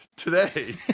Today